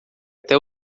até